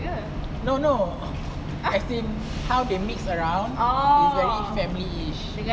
no no as in how they mix around is very family-ish